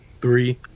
three